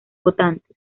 votantes